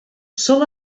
sol